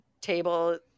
table